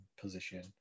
position